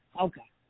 Okay